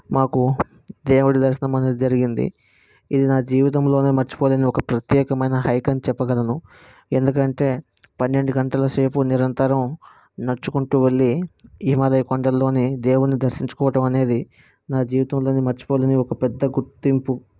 మాకు దేవుడు దర్శనం అనేది జరిగింది ఇది నా జీవితంలోనే మర్చిపోలేని ఒక ప్రత్యేకమయిన హైక్ అని చెప్పగలను ఎందుకంటే పన్నెండు గంటల సేపు నిరంతరం నడుచుకుంటూ వెళ్ళి హిమాలయ కొండల్లోనే దేవుణ్ణి దర్శించుకోవటం అనేది నా జీవితంలోనే మర్చిపోలేని ఒక పెద్ద గుర్తింపు